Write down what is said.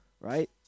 right